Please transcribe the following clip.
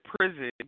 prison